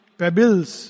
pebbles